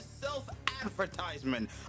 self-advertisement